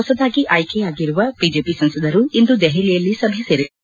ಹೊಸದಾಗಿ ಆಯ್ಕೆಯಾಗಿರುವ ಬಿಜೆಪಿ ಸಂಸದರು ಇಂದು ದೆಹಲಿಯಲ್ಲಿ ಸಭೆ ಸೇರಲಿದ್ದಾರೆ